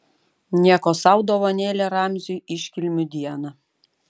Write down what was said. nieko sau dovanėlė ramziui iškilmių dieną